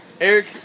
Eric